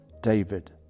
David